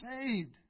saved